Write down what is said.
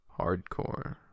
Hardcore